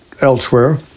elsewhere